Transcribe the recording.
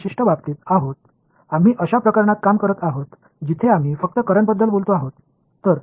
charge அடர்த்தி எனவே இந்த குறிப்பிட்ட விஷயத்தில் நாங்கள் கரண்ட் களைப் பற்றி மட்டுமே பேசும் ஒரு விஷயத்தை கையாளுகிறோம்